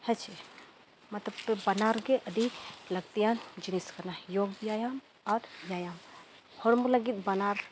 ᱦᱮᱸᱥᱮ ᱢᱟ ᱛᱚᱵᱮ ᱵᱟᱱᱟᱨᱜᱮ ᱟᱹᱰᱤ ᱞᱟᱹᱠᱛᱤᱭᱟᱱ ᱡᱤᱱᱤᱥ ᱠᱟᱱᱟ ᱡᱳᱜᱽ ᱵᱮᱭᱟᱢ ᱟᱨ ᱵᱮᱭᱟᱢ ᱦᱚᱲᱢᱚ ᱞᱟᱹᱜᱤᱫ ᱵᱟᱱᱟᱨ